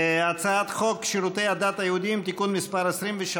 הצעת חוק שירותי הדת היהודיים (תיקון מס' 23,